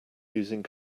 using